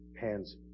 hands